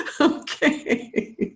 okay